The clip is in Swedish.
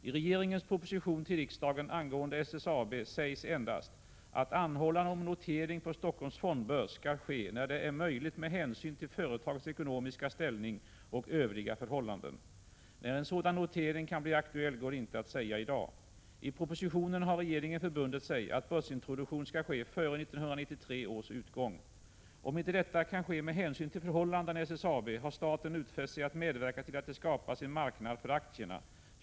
I regeringens proposition till riksdagen angående SSAB sägs endast att anhållan om notering på Stockholms Fondbörs skall ske när det är möjligt med hänsyn till företagets ekonomiska ställning och övriga förhållanden. När en sådan notering kan bli aktuell går inte att säga i dag. I propositionen har regeringen förbundit sig att börsintroduktion skall ske före 1993 års utgång. Om inte detta kan ske med hänsyn till förhållandena i SSAB har staten utfäst sig att medverka till att det skapas en marknad för aktierna.